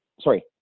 sorry